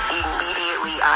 immediately